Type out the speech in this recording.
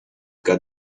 got